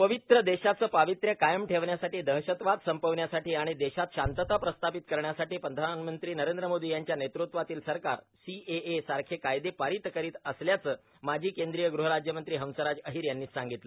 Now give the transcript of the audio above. पवित्र देशाचं पावित्र्य कायम ठेवण्यासाठी दहशतवाद संपविण्यासाठी आणि देशात शांतता प्रस्थापित करण्यासाठी प्रधानमंत्री नरेंद्र मोदी यांच्या नेतृत्वातील सरकार सीएए सारखे कायदे पारित करीत असल्याचे माजी केंद्रीय ग़हराज्यमंत्री हंसराज अहीर यांनी सांगितले